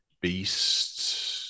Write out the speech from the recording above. beasts